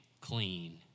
clean